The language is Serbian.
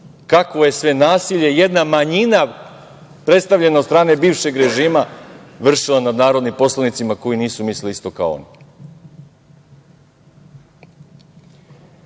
kakvo je sve nasilje jedna manjina, predstavljena od strane bivšeg režima, vršila nad narodnim poslanicima koji nisu mislili isto kao